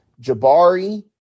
Jabari